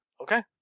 Okay